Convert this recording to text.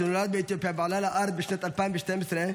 שנולד באתיופיה ועלה לארץ בשנת 2012,